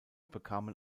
bekamen